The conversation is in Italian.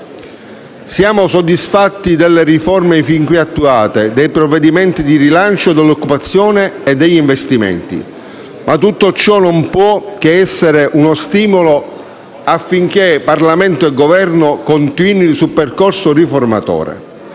Siamo soddisfatti delle riforme fin qui attuate, dei provvedimenti di rilancio dell'occupazione e degli investimenti; ma tutto ciò non può che essere uno stimolo affinché Parlamento e Governo continuino sul percorso riformatore.